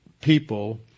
people